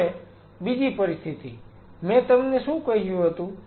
હવે બીજી પરિસ્થિતિ મેં તમને શું કહ્યું હતું